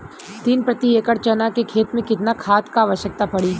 तीन प्रति एकड़ चना के खेत मे कितना खाद क आवश्यकता पड़ी?